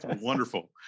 Wonderful